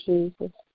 Jesus